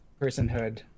personhood